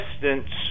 distance